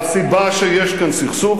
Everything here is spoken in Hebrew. והסיבה שיש כאן סכסוך,